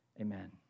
Amen